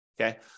okay